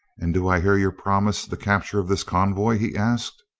and do i hear you promise the capture of this convoy? he asked.